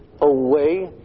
away